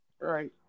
Right